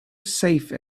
safe